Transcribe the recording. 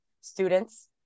students